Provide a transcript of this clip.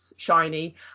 Shiny